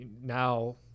now